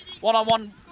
One-on-one